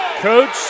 Coach